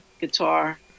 guitar